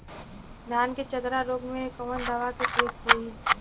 धान के चतरा रोग में कवन दवा के प्रयोग होई?